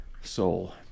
soul